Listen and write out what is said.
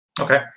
Okay